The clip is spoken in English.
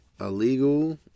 illegal